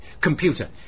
Computer